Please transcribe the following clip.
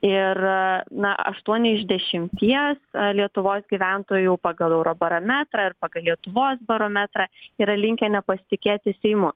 ir na aštuoni iš dešimties lietuvos gyventojų pagal eurobarometrą ir pagal lietuvos barometrą yra linkę nepasitikėti seimu